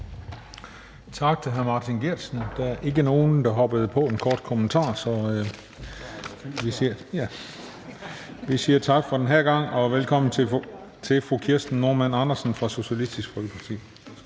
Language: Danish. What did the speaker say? Tak til hr. Martin Geertsen. Der er ikke nogen, der bed på med korte bemærkninger, så vi siger tak for den her gang og velkommen til fru Kirsten Normann Andersen fra Socialistisk Folkeparti.